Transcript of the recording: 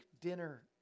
dinner